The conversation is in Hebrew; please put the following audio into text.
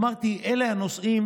אמרתי שאלה הנושאים